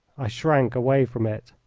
i shrank away from it.